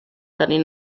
tenir